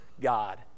God